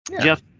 Jeff